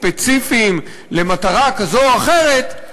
ספציפיים למטרה כזו או אחרת,